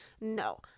No